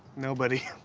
nobody.